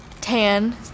tan